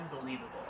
unbelievable